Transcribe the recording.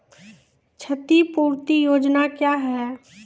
क्षतिपूरती योजना क्या हैं?